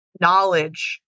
knowledge